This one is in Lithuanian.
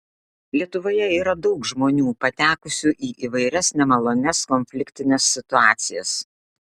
lietuvoje yra daug žmonių patekusių į įvairias nemalonias konfliktines situacijas